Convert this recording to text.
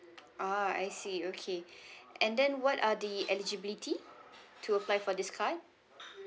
ah I see okay and then what are the eligibility to apply for this card